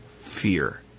fear